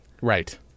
Right